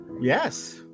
yes